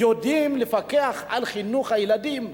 יודעים לפקח על חינוך הילדים,